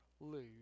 lose